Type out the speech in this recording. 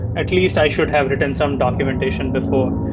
at least i should have written some documentation before.